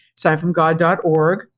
signfromgod.org